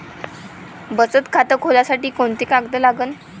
बचत खात खोलासाठी कोंते कागद लागन?